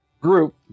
group